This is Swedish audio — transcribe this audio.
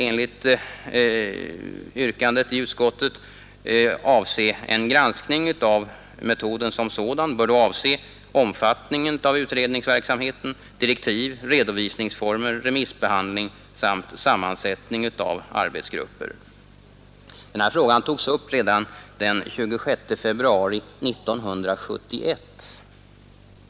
En granskning av metoden som sådan bör då avse omfattningen av utredningsverksamheten, direktiv, redovisningsformer, remissbehandling och sammansättning av arbetsgrupper. Denna fråga togs upp redan den 26 februari 1971.